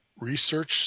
research